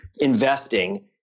investing